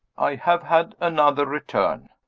i have had another return.